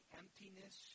emptiness